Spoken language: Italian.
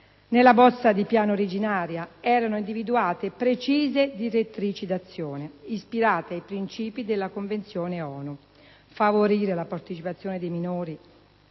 Nella bozza di piano originaria erano individuate precise direttrici d'azione ispirate ai principi della Convenzione ONU: favorire la partecipazione dei minori